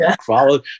follow